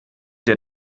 der